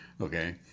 Okay